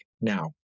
now